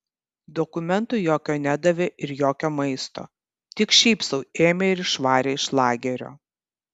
dokumento jokio nedavė ir jokio maisto tik šiaip sau ėmė ir išvarė iš lagerio